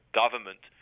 government